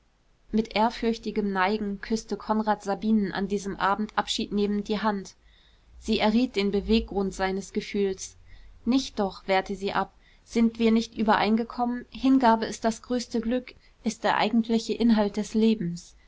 mit ehrfürchtigem neigen küßte konrad sabinen an diesem abend abschiednehmend die hand sie erriet den beweggrund seines gefühls nicht doch wehrte sie ab sind wir nicht übereingekommen hingabe ist das größte glück ist der eigentliche inhalt des lebens